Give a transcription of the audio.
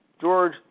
George